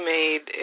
made